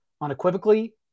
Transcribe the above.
unequivocally